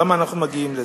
למה אנחנו מגיעים לזה.